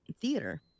theater